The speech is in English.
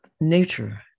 nature